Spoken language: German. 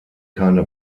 keine